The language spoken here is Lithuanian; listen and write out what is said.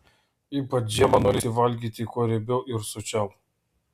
ypač žiemą norisi valgyti kuo riebiau ir sočiau